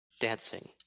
dancing